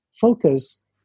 focus